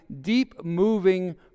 deep-moving